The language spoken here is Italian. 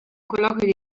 colloquio